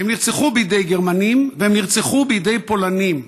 הם נרצחו בידי גרמנים והם נרצחו בידי פולנים.